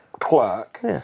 clerk